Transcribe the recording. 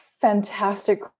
fantastic